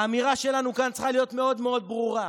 האמירה שלנו כאן צריכה להיות מאוד מאוד ברורה.